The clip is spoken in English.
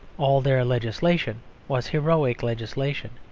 all their legislation was heroic legislation.